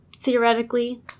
theoretically